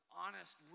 honest